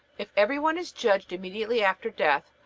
if every one is judged immediately after death,